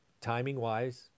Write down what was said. timing-wise